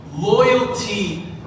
loyalty